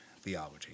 theology